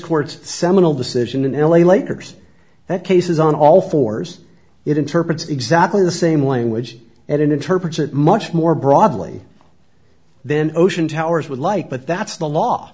court's seminal decision in l a lakers that cases on all fours it interprets exactly the same language and interpret it much more broadly then ocean towers would like but that's the law